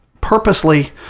purposely